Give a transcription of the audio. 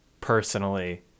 personally